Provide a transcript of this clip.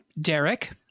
derek